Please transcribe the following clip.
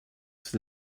sydd